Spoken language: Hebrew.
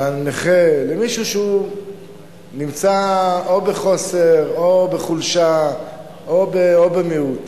לנכה, למישהו שנמצא או בחוסר או בחולשה או במיעוט.